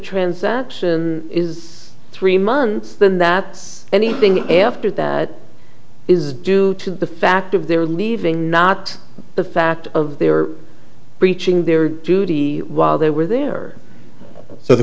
transaction is three months then that anything after that is due to the fact of their leaving not the fact they were breaching their duty while they were there so the